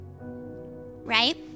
right